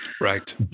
Right